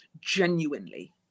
genuinely